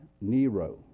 Nero